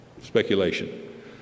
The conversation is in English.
speculation